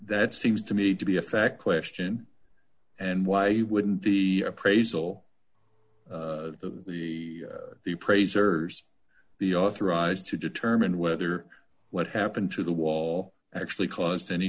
that seems to me to be a fact question and why you wouldn't the appraisal of the the appraisers be authorized to determine whether what happened to the wall actually caused any